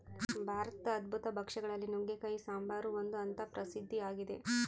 ಭಾರತದ ಅದ್ಭುತ ಭಕ್ಷ್ಯ ಗಳಲ್ಲಿ ನುಗ್ಗೆಕಾಯಿ ಸಾಂಬಾರು ಒಂದು ಅಂತ ಪ್ರಸಿದ್ಧ ಆಗಿದೆ